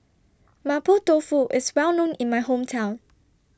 Mapo Tofu IS Well known in My Hometown